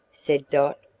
said dot,